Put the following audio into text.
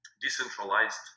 decentralized